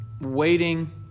waiting